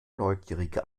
neugierige